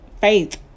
faith